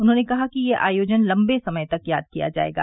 उन्होंने कहा कि यह आयोजन लंबे समय तक याद किया जाएगा